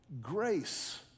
Grace